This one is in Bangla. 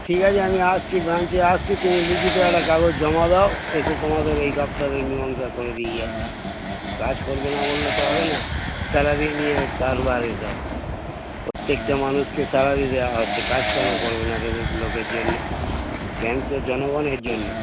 ঠিক আছে আমি আসছি ব্রাঞ্চে আসছি তুমি লিখিত একটা কাগজ জমা দাও এসে তোমাদের এই দপ্তরের মিমাংসা করে দিয়ে যাচ্ছি কাজ করব না বললে তো হবে না স্যালারি নিয়ে কারবার এসব প্রত্যেকটা মানুষকে স্যালারি দেওয়া হচ্ছে কাজ কেন করবে না লোকের জন্যে ব্যাংক তো জনগণের জন্যে